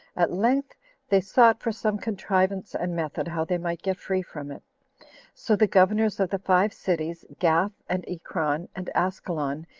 at length they sought for some contrivance and method how they might get free from it so the governors of the five cities, gath, and ekron, and askelon,